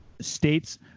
States